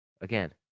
again